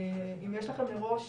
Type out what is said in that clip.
האם יש לכם מראש